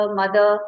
mother